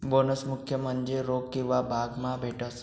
bonus मुख्य म्हन्जे रोक किंवा भाग मा भेटस